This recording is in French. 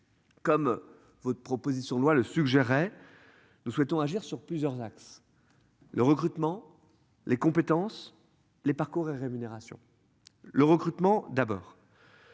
Comme votre proposition de loi le suggérait. Nous souhaitons agir sur plusieurs axes. Le recrutement, les compétences, les parcours et rémunération. Le recrutement d'abord.